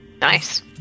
Nice